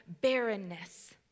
barrenness